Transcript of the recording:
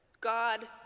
God